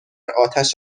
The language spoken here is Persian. آتش